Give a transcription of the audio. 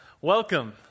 Welcome